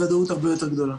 לוודאות הרבה יותר גדולה.